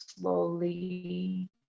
slowly